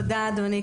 תודה, אדוני.